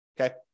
okay